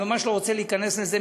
אני ממש לא רוצה להיכנס לזה,